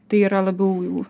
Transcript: tai yra labiau jau